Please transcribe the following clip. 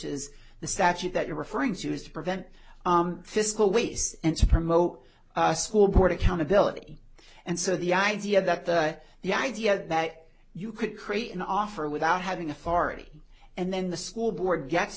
is the statute that you're referring to is to prevent fiscal waste and to promote a school board accountability and so the idea that the the idea that you could create an offer without having authority and then the school board gets